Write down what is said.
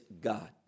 god